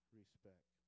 respect